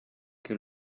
che